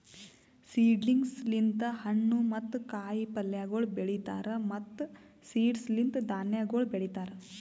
seedlings ಲಿಂತ್ ಹಣ್ಣು ಮತ್ತ ಕಾಯಿ ಪಲ್ಯಗೊಳ್ ಬೆಳೀತಾರ್ ಮತ್ತ್ ಸೀಡ್ಸ್ ಲಿಂತ್ ಧಾನ್ಯಗೊಳ್ ಬೆಳಿತಾರ್